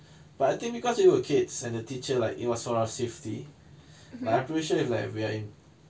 but I think because we were kids and the teacher like it was for our safety but I'm pretty sure if we're like in